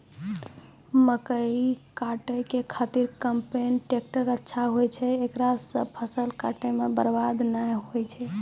मकई काटै के खातिर कम्पेन टेकटर अच्छा होय छै ऐकरा से फसल काटै मे बरवाद नैय होय छै?